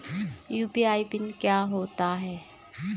UPI PIN क्या होता है?